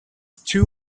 two